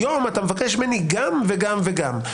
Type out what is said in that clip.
היום אתה מבקש ממני גם וגם וגם.